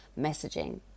messaging